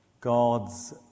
God's